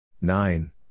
Nine